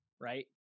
right